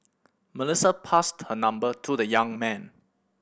Melissa passed her number to the young man